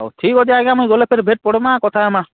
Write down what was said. ହଉ ଠିକ୍ ଅଛେ ଆଜ୍ଞା ମୁଇଁ ଗଲେ ଫେର୍ ଭେଟ୍ ପଡ଼୍ମା କଥା ହେମା